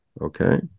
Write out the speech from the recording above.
okay